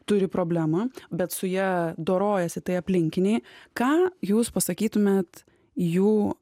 turi problemą bet su ja dorojasi tai aplinkiniai ką jūs pasakytumėt jų